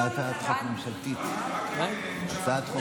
הצעת חוק ממשלתית, הצעת חוק